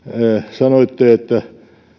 sanoitte että